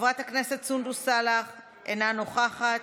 חברת הכנסת סונדוס סאלח, אינה נוכחת,